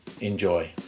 Enjoy